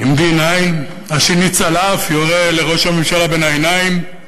עם 9-D, השני צלף, יורה לראש הממשלה בין העיניים,